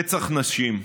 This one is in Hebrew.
רצח נשים.